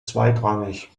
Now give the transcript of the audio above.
zweitrangig